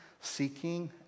seeking